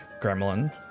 gremlin